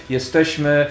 Jesteśmy